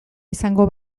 izango